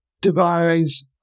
devise